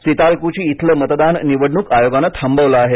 सीतालकुची इथलं मतदान निवडणूक आयोगानं थांबवलं आहे